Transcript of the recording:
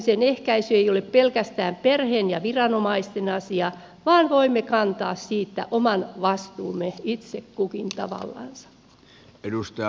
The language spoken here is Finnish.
syrjäytymisen ehkäisy ei ole pelkästään perheen ja viranomaisten asia vaan voimme kantaa siitä oman vastuumme itse kukin tavallamme